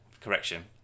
correction